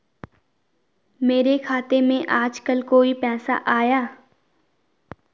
मेरे खाते में आजकल कोई पैसा आया?